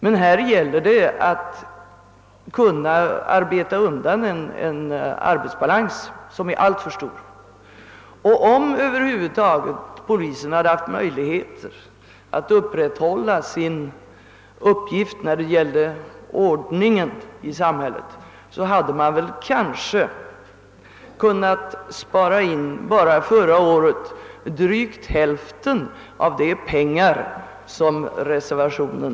Men här gäller det att kunna avarbeta en arbetsbalans som är alltför stor. Om polisen hade haft möjligheter att upprätthålla sin uppgift när det gäller ordningen i samhället, hade man kanske kunnat spara in enbart under förra året drygt hälften av de pengar som begärs i reservationen.